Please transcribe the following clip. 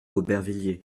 aubervilliers